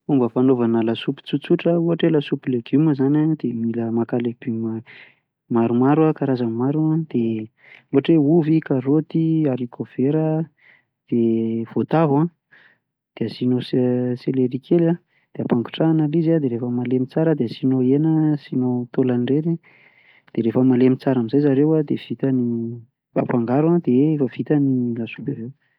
Ny fomba fanaovana lasopy tsotsotra ohatra hoe lasopy legioma zany a de maka legioma maromaro an karazany maro an, de ohatra hoe ovy, karaoty, haricot vera, de voatavo, de asianao se- selery kely a, de ampangotrahana le izy a de refa malemy tsara de asinao hena asinao taolana reny de refa malemy tsara a,zay zareo de vita ny afangaro de vita ny lasopy.